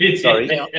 Sorry